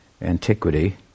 antiquity